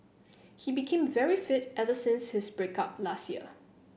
he became very fit ever since his break up last year